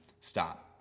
stop